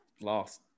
lost